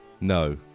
No